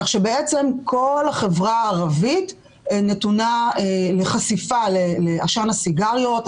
כך שבעצם כל החברה הערבית נתונה לחשיפה לעשן הסיגריות,